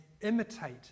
imitate